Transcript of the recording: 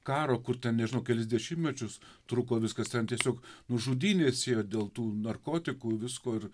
karo kur ten nežinau kelis dešimtmečius truko viskas ten tiesiog nu žudynės ėjo dėl tų narkotikų visko ir